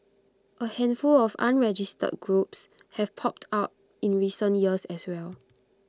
A handful of unregistered groups have popped up in recent years as well